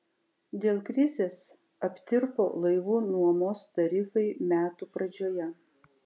dėl krizės aptirpo laivų nuomos tarifai metų pradžioje